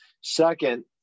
second